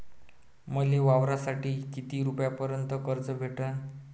मले वावरासाठी किती रुपयापर्यंत कर्ज भेटन?